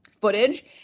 footage